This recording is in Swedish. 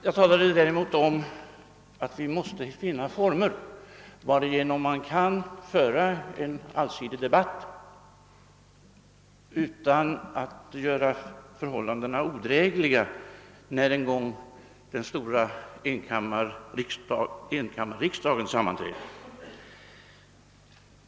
Jag talade däremot om att vi måste finna former, varigenom man kan föra en allsidig debatt utan att göra förhållandena odrägliga när en gång den stora enkammarriksdagen sammanträder.